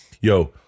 yo